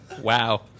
Wow